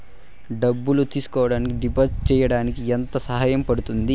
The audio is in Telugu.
డబ్బులు తీసుకోడానికి డిపాజిట్లు సేయడానికి ఎంత సమయం పడ్తుంది